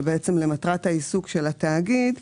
בעצם למטרת העיסוק של התאגיד,